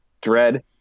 Dread